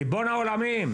ריבונו של עולם,